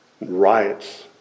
riots